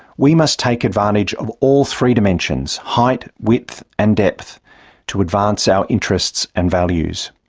we must take advantage of all three dimensions height, width and depth to advance our interests and values.